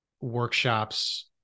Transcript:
workshops